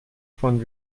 von